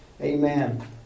Amen